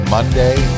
Monday